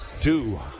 two